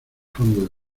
fondo